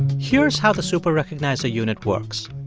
here's how the super-recognizer unit works.